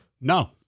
No